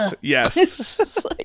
yes